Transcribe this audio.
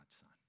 Son